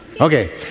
Okay